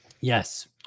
Yes